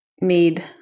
made